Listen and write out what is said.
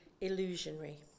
illusionary